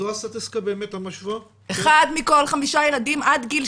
זו הסטטיסטיקה המשווה ברמה